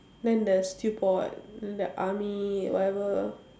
then the stew pot the army whatever